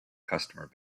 customer